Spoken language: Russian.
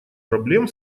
проблем